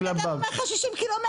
אבל איך 60 ק"מ?